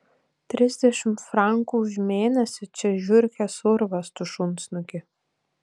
trisdešimt frankų už mėnesį čia žiurkės urvas tu šunsnuki